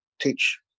teach